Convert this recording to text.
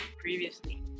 previously